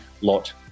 lot